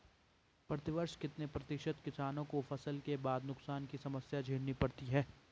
प्रतिवर्ष कितने प्रतिशत किसानों को फसल के बाद नुकसान की समस्या झेलनी पड़ती है?